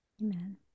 amen